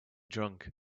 drunk